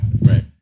Right